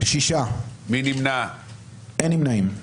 שישה נגד, אין נמנעים.